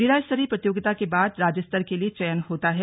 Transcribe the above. जिला स्तरीय प्रतियोगिता के बाद राज्य स्तर के लिए चयन होता है